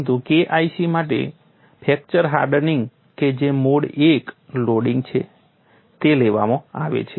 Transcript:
પરંતુ KIC માટે fracture hardening કે જે મોડ I લોડિંગ છે તે લેવામાં આવે છે